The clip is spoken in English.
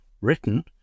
written